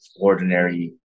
ordinary